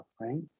right